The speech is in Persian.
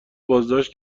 بازداشت